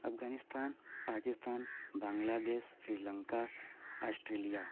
Afghanistan Pakistan Bangladesh Sri Lanka Australia